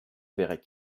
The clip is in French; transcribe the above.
verrai